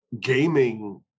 gaming